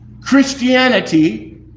Christianity